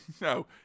no